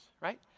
right